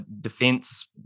defense